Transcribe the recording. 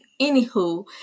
Anywho